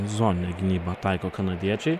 zoninę gynybą taiko kanadiečiai